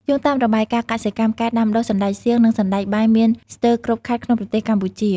យោងតាមរបាយការណ៍កសិកម្ម ការដាំដុះសណ្ដែកសៀង និងសណ្ដែកបាយមានស្ទើរគ្រប់ខេត្តក្នុងប្រទេសកម្ពុជា។